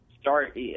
start